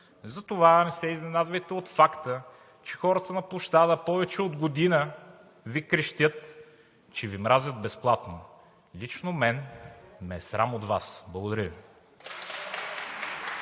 Затова не се изненадвайте от факта, че хората на площада повече от година Ви крещят, че Ви мразят безплатно. Лично мен ме е срам от Вас. Благодаря Ви.